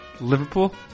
Liverpool